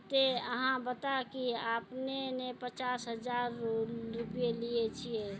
ते अहाँ बता की आपने ने पचास हजार रु लिए छिए?